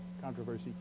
controversy